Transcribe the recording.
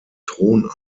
thron